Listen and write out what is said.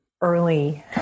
early